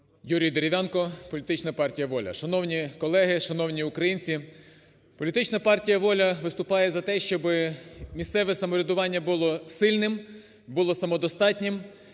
Юрій Дерев'янко, політична партія "Воля". Шановні колеги! Шановні українці! Політична партія "Воля" виступає за те, щоби місцеве самоврядування було сильним, було самодостатнім,